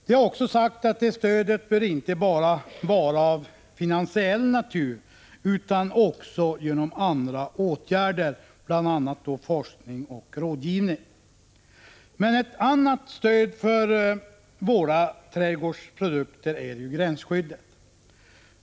Det har sagts att detta stöd inte bara bör vara av finansiell natur utan också uttryckas genom andra åtgärder, bl.a. forskning och rådgivning. Ett annat stöd för våra trädgårdsprodukter är gränsskyddet.